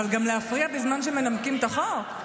אבל גם להפריע בזמן שמנמקים את החוק?